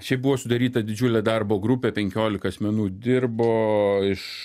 šiaip buvo sudaryta didžiulė darbo grupė penkiolika asmenų dirbo iš